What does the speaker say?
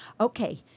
okay